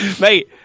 Mate